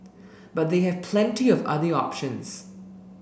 but they have plenty of other options